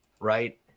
right